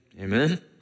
Amen